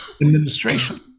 administration